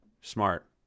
Smart